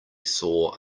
saw